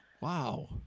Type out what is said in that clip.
Wow